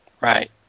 Right